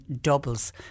doubles